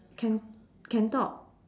can can talk